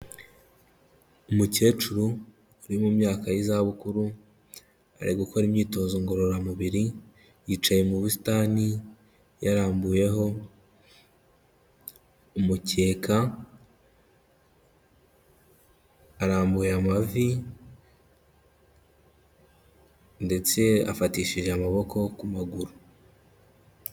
Umukecuru uri mu myaka y'izabukuru, ari gukora imyitozo ngororamubiri, yicaye mu busitani yarambuyeho umukeka, arambuye amavi ndetse afatishije amaboko ku maguru.